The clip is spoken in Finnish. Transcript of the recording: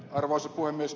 arvoisa puhemies